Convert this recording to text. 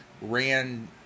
ran